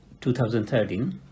2013